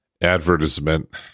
advertisement